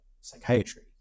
psychiatry